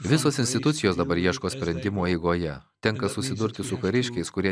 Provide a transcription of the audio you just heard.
visos institucijos dabar ieško sprendimo eigoje tenka susidurti su kariškiais kurie